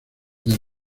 del